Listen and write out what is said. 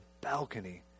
balcony